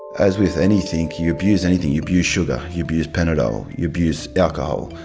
as with anything, you abuse anything, you abuse sugar, you abuse panadol, you abuse alcohol,